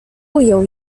ujął